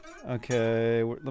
Okay